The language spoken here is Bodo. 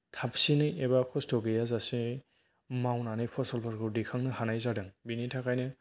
थाबसिनै एबा कस्त' गैयाजासे मावनानै फसलफोरखौ दैखांनो हानाय जादों बिनि थाखायनो